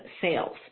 sales